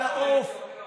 לכן כל החרדים יצביעו,